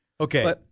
Okay